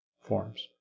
forms